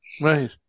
Right